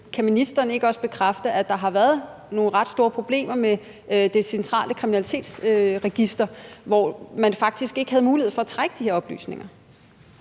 om ministeren ikke også kan bekræfte, at der har været nogle ret store problemer med Det Centrale Kriminalregister, hvor man faktisk ikke havde mulighed for at trække de oplysninger